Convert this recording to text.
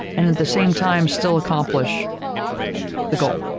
and at the same time still accomplish the goal.